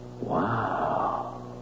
Wow